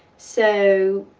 so,